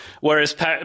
whereas